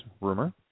rumor